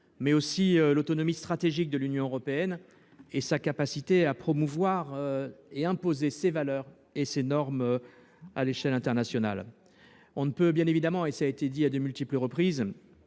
mais aussi l’autonomie stratégique de l’Union européenne et sa capacité à promouvoir et à imposer ses valeurs et ses normes à l’échelle internationale. On ne peut que regretter – cela a été souligné à de multiples reprises